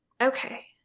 Okay